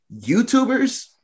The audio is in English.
YouTubers